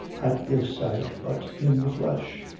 at this sight, but in the flesh,